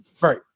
Right